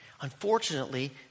Unfortunately